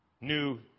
new